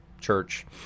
church